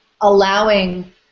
allowing